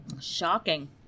shocking